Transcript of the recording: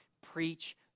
preach